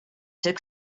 took